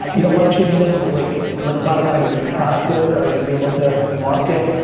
ah you don't want to change your name? great. like bottom line is is your product good? are you gonna be able to to market?